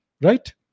right